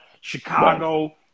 Chicago